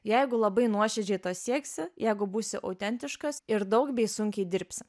jeigu labai nuoširdžiai to sieksi jeigu būsi autentiškas ir daug bei sunkiai dirbsi